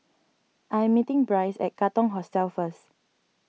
I am meeting Bryce at Katong Hostel first